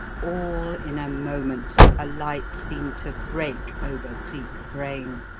all in a moment a light seemed to break over cleek's brain.